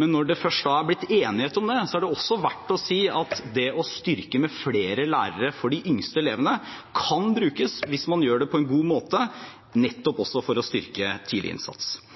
Men når det først er blitt enighet om det, er det også verdt å si at det å styrke med flere lærere for de yngste elevene kan brukes, hvis man gjør det på en god måte, nettopp for å styrke tidlig innsats.